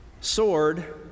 sword